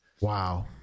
Wow